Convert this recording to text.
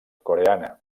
coreana